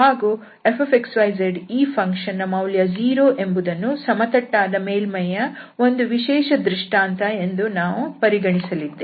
ಹಾಗೂ fxyz ಈ function ನ ಮೌಲ್ಯ 0 ಎಂಬುದನ್ನು ಸಮತಟ್ಟಾದ ಮೇಲ್ಮೈಯ ಒಂದು ವಿಶೇಷ ದೃಷ್ಟಾಂತ ಎಂದು ನಾವು ಪರಿಗಣಿಸಲಿದ್ದೇವೆ